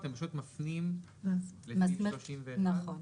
אתם פשוט מפנים לסעיף 31. נכון.